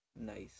Nice